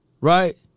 right